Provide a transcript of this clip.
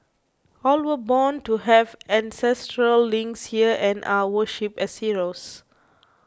all were born to have ancestral links here and are worshipped as heroes